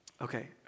Okay